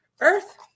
earth